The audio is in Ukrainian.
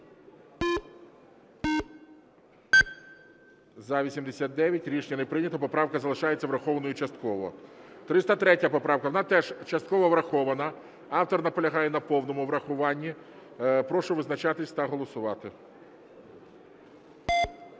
За-89 Рішення не прийнято. Поправка залишається врахованою частково. 303 поправка, вона теж частково врахована, автор наполягає на повному врахуванні. Прошу визначатись та голосувати.